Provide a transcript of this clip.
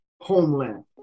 homeland